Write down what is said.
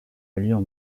allure